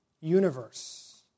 universe